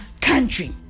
country